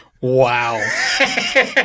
Wow